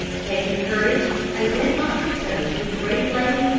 taking courage i went on tiptoe to the great lady,